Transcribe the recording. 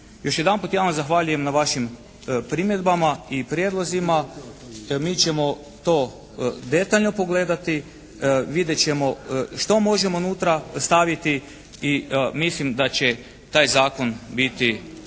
Još jedanput ja vam zahvaljujem na vašim primjedbama i prijedlozima. Mi ćemo to detaljno pogledati. Vidjet ćemo što možemo unutra staviti i mislim da će taj zakon biti